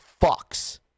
fucks